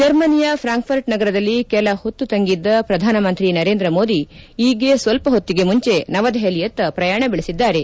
ಜರ್ಮನಿಯ ಫ್ರಾಂಕ್ಫರ್ಟ್ ನಗರದಲ್ಲಿ ಕೆಲ ಹೊತ್ತು ತಂಗಿದ್ದ ಪ್ರಧಾನಮಂತ್ರಿ ನರೇಂದ್ರ ಮೋದಿ ಈಗ್ಗೆ ಸ್ವಲ್ಪಹೊತ್ತಿಗೆ ಮುಂಚೆ ನವದೆಪಲಿಯತ್ತ ಪ್ರಯಾಣ ಬೆಳೆಸಿದ್ದಾರೆ